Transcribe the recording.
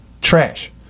trash